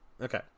Okay